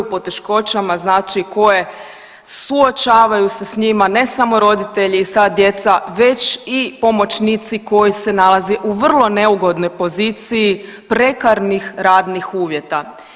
Poteškoćama znači koje suočavaju se s njima, ne samo roditelji i sva djeca već i pomoćnici koji se nalaze u vrlo neugodnoj poziciji prekarnih radnih uvjeta.